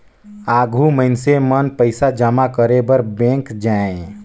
आघु मइनसे मन पइसा जमा करे बर बेंक जाएं